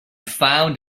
found